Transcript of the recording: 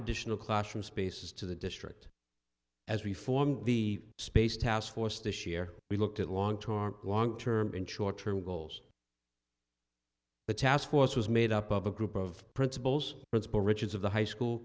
additional classroom spaces to the district as we formed the space taskforce this year we looked at long term long term and short term goals but task force was made up of a group of principals principal richards of the high school